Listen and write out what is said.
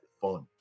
fun